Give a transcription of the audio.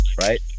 Right